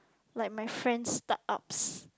like my friends' startups